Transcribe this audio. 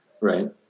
right